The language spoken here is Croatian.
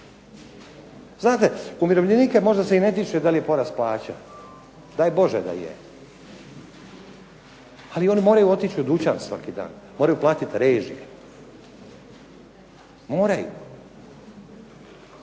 Znate, umirovljenike možda se i ne tiče da li je porast plaća, daj Bože da je, ali oni moraju otići u dućan svaki dan, moraju platit režije, moraju,